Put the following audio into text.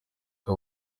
aho